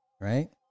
right